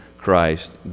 Christ